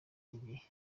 igihe